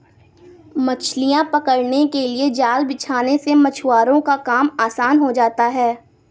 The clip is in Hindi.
मछलियां पकड़ने के लिए जाल बिछाने से मछुआरों का काम आसान हो जाता है